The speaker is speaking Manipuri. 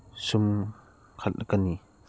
ꯁꯨꯝꯍꯠꯀꯅꯤ